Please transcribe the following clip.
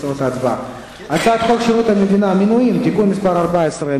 רציפות על הצעת חוק שירות המדינה (משמעת) (תיקון מס' 11),